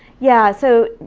yeah, so,